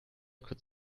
could